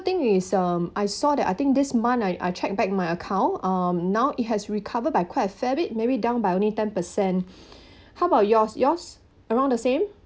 thing is um I saw that I think this month I I check back my account um now it has recovered by quite a fair bit maybe down by only ten per cent how about yours yours around the same